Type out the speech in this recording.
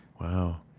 Wow